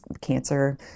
cancer